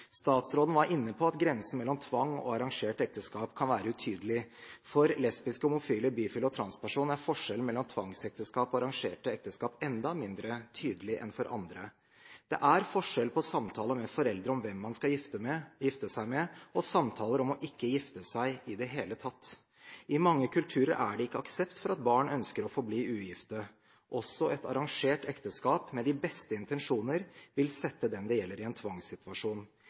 Statsråden var inne på at grensen mellom tvangsekteskap og arrangert ekteskap kan være utydelig. For lesbiske, homofile, bifile og transpersoner er forskjellen mellom tvangsekteskap og arrangerte ekteskap enda mindre tydelig enn for andre. Det er forskjell på samtaler med foreldre om hvem man skal gifte seg med, og samtaler om ikke å gifte seg i det hele tatt. I mange kulturer er det ikke aksept for at barn ønsker å forbli ugifte. Også et arrangert ekteskap med de beste intensjoner vil sette dem det gjelder, i en tvangssituasjon: